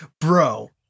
bro